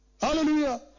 Hallelujah